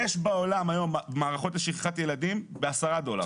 בעולם יש היום מערכות לשכחת ילדים ב-10 דולר